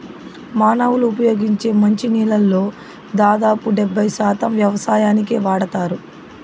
మానవులు ఉపయోగించే మంచి నీళ్ళల్లో దాదాపు డెబ్బై శాతం వ్యవసాయానికే వాడతారు